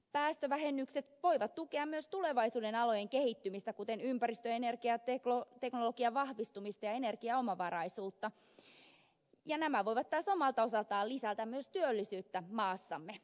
päästövähennykset voivat tukea myös tulevaisuuden alojen kehittymistä kuten ympäristö ja energiateknologian vahvistumista ja energiaomavaraisuutta ja nämä voivat taas omalta osaltaan lisätä myös työllisyyttä maassamme